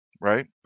right